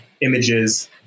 images